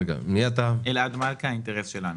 אני מן "האינטרס שלנו",